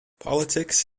politics